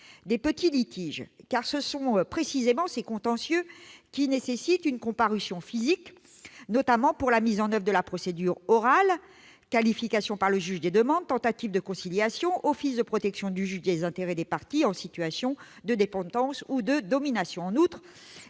des petits litiges, car ce sont précisément ces contentieux qui nécessitent une comparution physique, notamment pour la mise en oeuvre de la procédure orale- qualification par le juge des demandes, tentative de conciliation, office de protection du juge en matière d'intérêts des parties en situation de dépendance ou de domination. En outre,